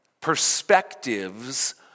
perspectives